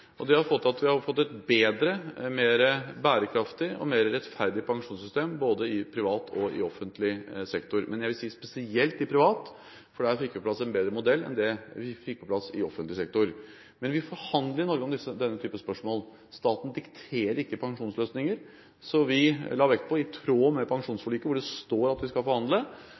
har gjort at vi har fått et bedre, mer bærekraftig og mer rettferdig pensjonssystem både i privat og i offentlig sektor, men jeg vil si spesielt i privat, for der fikk vi på plass en bedre modell enn det vi fikk på plass i offentlig sektor. I Norge forhandler vi om denne type spørsmål, staten dikterer ikke pensjonsløsninger, så vi la vekt på, i tråd med pensjonsforliket, hvor det står at vi skal forhandle,